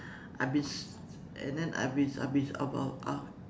I've been and then I've been I've been about uh